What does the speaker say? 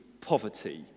poverty